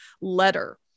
letter